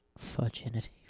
Virginity